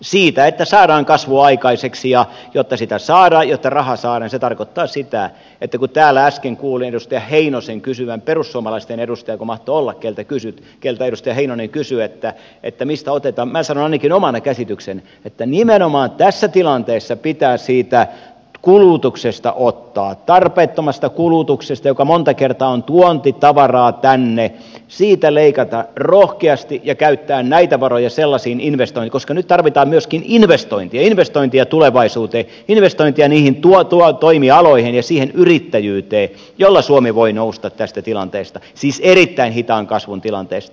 siitä että saadaan kasvua aikaiseksi ja jotta sitä saadaan jotta raha saadaan se tarkoittaa sitä että kun täällä äsken kuulin edustaja heinosen kysyvän perussuomalaisten edustajako mahtoi olla keneltä edustaja heinonen kysyi mistä otetaan niin minä sanon ainakin oman käsitykseni että nimenomaan tässä tilanteessa pitää siitä kulutuksesta ottaa tarpeettomasta kulutuksesta joka monta kertaa on tuontitavaraa tänne siitä leikata rohkeasti ja käyttää näitä varoja investointeihin koska nyt tarvitaan myöskin investointia investointia tulevaisuuteen investointia niihin toimialoihin ja siihen yrittäjyyteen jolla suomi voi nousta tästä tilanteesta siis erittäin hitaan kasvun tilanteesta